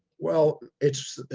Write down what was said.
well, it's,